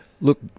look